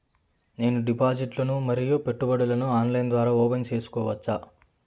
నేను డిపాజిట్లు ను మరియు పెట్టుబడులను ఆన్లైన్ ద్వారా ఓపెన్ సేసుకోవచ్చా?